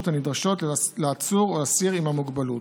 הנדרשות לעצור או אסיר עם מוגבלות.